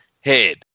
head